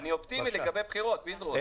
אני אופטימי לגבי הבחירות, פינדרוס.